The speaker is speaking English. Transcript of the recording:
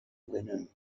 linen